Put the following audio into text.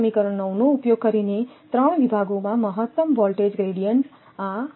તેથી સમીકરણ 9 નો ઉપયોગ કરીને 3 વિભાગોમાં મહત્તમ વોલ્ટેજ ગ્રેડીઅન્ટઆ જ છે